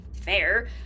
fair